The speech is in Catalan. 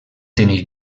tenir